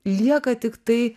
lieka tiktai